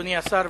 אדוני השר,